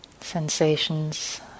sensations